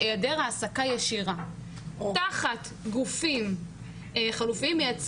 שהיעדר העסקה ישירה תחת גופים חלופיים,